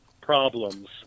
problems